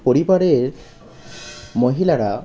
পরিবারের মহিলারা